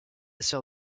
sœur